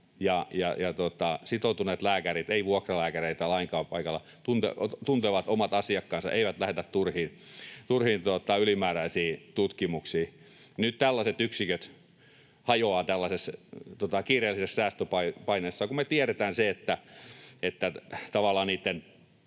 sitoutuneet lääkärit, ei vuokralääkäreitä lainkaan paikalla, tuntevat omat asiakkaansa, ja eivät lähetä turhiin ylimääräisiin tutkimuksiin. Nyt tällaiset yksiköt hajoavat kiireellisissä säästöpaineissa, kun me tiedetään se, että tavallaan